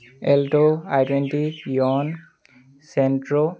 Alto i twenty Eon Santro